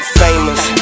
famous